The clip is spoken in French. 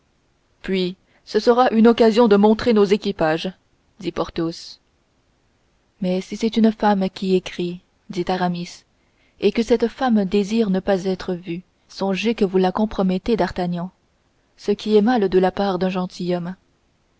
puis ce sera une occasion de montrer nos équipages dit porthos mais si c'est une femme qui écrit dit aramis et que cette femme désire ne pas être vue songez que vous la compromettez d'artagnan ce qui est mal de la part d'un gentilhomme